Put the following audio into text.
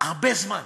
הרבה זמן.